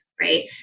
Right